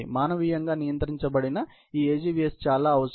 మానవీయంగా నియంత్రించబడిన ఈ AGVS చాలా అవసరం